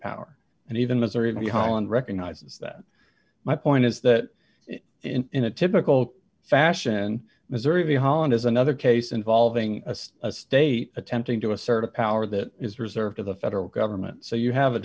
power and even missouri holland recognizes that my point is that in a typical fashion missouri v holland is another case involving a state attempting to assert a power that is reserved to the federal government so you have a